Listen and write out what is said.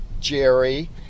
Jerry